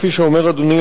כפי שאומר אדוני,